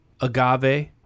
agave